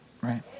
Right